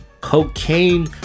Cocaine